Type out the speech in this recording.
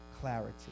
clarity